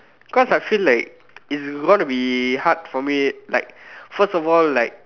because I feel like if it's gonna be hard for me like first of all like